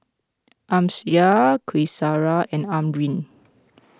Amsyar Qaisara and Amrin